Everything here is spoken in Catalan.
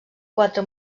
quatre